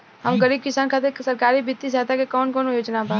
हम गरीब किसान खातिर सरकारी बितिय सहायता के कवन कवन योजना बा?